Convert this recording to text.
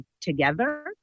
together